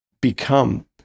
become